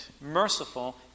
merciful